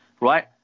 right